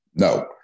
no